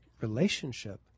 relationship